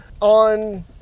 on